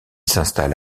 s’installe